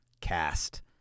Cast